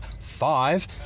five